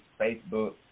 Facebook